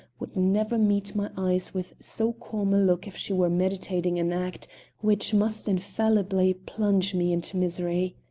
would never meet my eyes with so calm a look if she were meditating an act which must infallibly plunge me into misery.